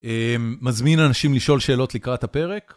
מזמין אנשים לשאול שאלות לקראת הפרק.